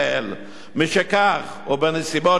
משכך ובנסיבות שתוארו,